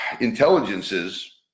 intelligences